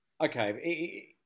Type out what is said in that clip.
Okay